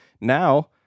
Now